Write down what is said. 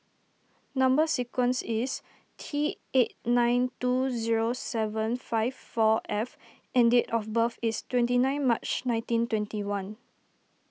Number Sequence is T eight nine two zero seven five four F and date of birth is twenty nine March nineteen twenty one